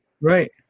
right